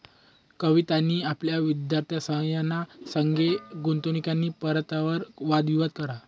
कवितानी आपला विद्यार्थ्यंसना संगे गुंतवणूकनी परतावावर वाद विवाद करा